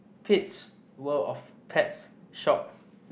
Pits World of Pets shop